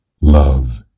Love